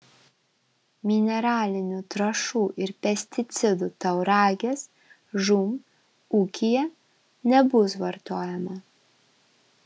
mineralinių trąšų ir pesticidų tauragės žūm ūkyje nebus vartojama